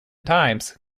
times